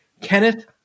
Kenneth